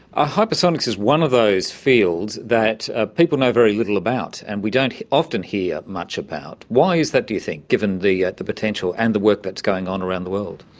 ah hypersonics is one of those fields that ah people know very little about, and we don't often hear much about. why is that, do you think, given the the potential and the work that is going on around the world?